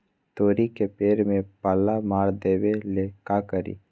तोड़ी के पेड़ में पल्ला मार देबे ले का करी?